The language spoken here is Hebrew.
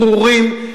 ברורים,